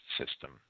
system